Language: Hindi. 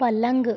पलंग